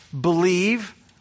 believe